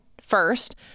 first